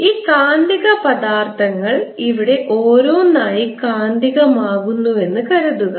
ഈ കാന്തിക പദാർത്ഥങ്ങൾ ഇവിടെ ഓരോന്നായി കാന്തികമാക്കുന്നുവെന്ന് കരുതുക